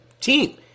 team